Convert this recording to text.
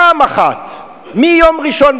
פעם אחת, מיום ראשון